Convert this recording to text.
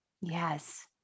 yes